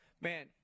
man